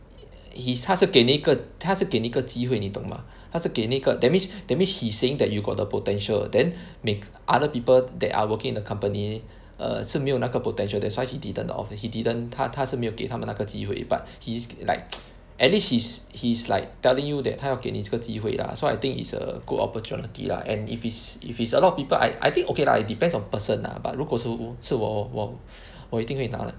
he's 他是给你一个他是给你一个机会你懂吗他是给你一个 that means that means he's saying that you got the potential then make other people that are working in the company err 是没有那个 potential that's why he didn't lor he didn't 他他是没有给他们那个机会 but he's like at least he's he's like telling you that 他要给你这个机会 lah so I think is a good opportunity lah and if is if it's a lot of people I I think okay lah it depends on person lah but 如果是是我我我一定会拿的